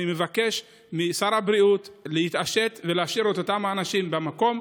אני מבקש משר הבריאות להתעשת ולהשאיר את אותם האנשים במקום,